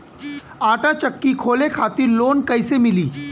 आटा चक्की खोले खातिर लोन कैसे मिली?